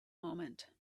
moment